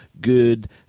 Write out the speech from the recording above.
good